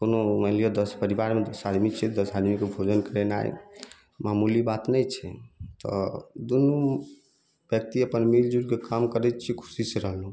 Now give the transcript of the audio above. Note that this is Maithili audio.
कोनो मानि लिअ दश परिबारमे दश आदमी छियै दश आदमीके भोजन करेनाइ मामूली बात नहि छै तऽ दुन्नू बेयक्ति अपन मिलजुलके काम करैत छियै खुशी से रहलहुँ